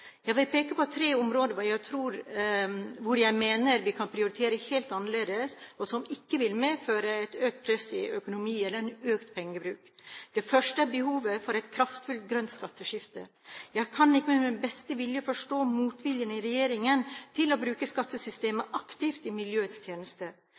vil peke på tre områder hvor jeg mener vi kan prioritere helt annerledes, og som ikke vil medføre økt press i økonomien eller økt pengebruk. Det første er behovet for et kraftfullt grønt skatteskifte. Jeg kan ikke med min beste vilje forstå motviljen i regjeringen mot å bruke